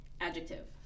Adjective